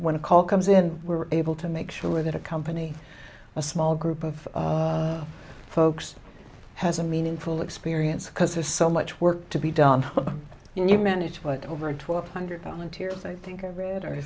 then when a call comes in we're able to make sure that a company a small group of folks has a meaningful experience because there's so much work to be done and you manage what over twelve hundred volunteers i think i read or